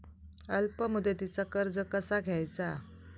अल्प मुदतीचा कर्ज कसा घ्यायचा?